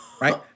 right